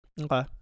Okay